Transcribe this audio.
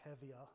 heavier